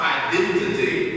identity